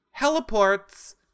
heliports